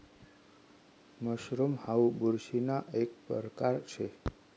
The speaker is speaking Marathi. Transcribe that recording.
मशरूम हाऊ बुरशीना एक परकार शे